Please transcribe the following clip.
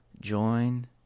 Join